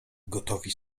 gotowi